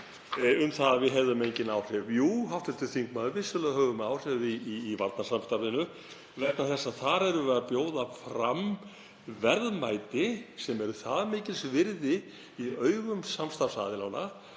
um að við hefðum engin áhrif. Jú, hv. þingmaður, vissulega höfum við áhrif í varnarsamstarfinu vegna þess að þar erum við að bjóða fram verðmæti sem eru svo mikils virði í augum samstarfsaðilanna